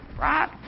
Right